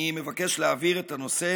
אני מבקש להעביר את הנושא